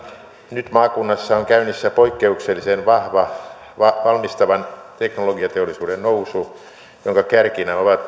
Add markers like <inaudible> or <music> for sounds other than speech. nyt maakunnassa on käynnissä poikkeuksellisen vahva valmistavan teknologiateollisuuden nousu jonka kärkinä ovat <unintelligible>